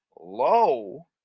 low